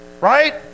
Right